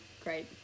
great